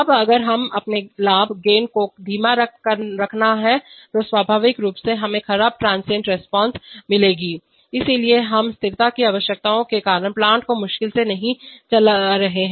अब अगर हमें अपने लाभ गेन को धीमा रखना है तो स्वाभाविक रूप से हमें खराब ट्रांसिएंट रिस्पांस क्षणिक प्रतिक्रिया मिलेगी इसलिए हम स्थिरता की आवश्यकताओं के कारण प्लांट को मुश्किल से नहीं चला रहे हैं